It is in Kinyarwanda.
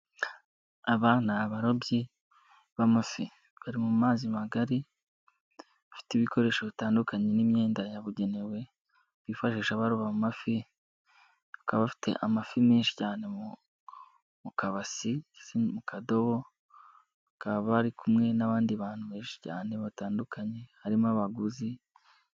Aba ni abarobyi b'amafi, bari mu mazi magari. Bafite ibikoresho bitandukanye n'imyenda yabugenewe, bifashisha baroba amafi, bakaba bafite amafi menshi cyane mu kabasi ndetse no mu kadobo, bakaba bari kumwe n'abandi bantu benshi cyane batandukanye, harimo abaguzi.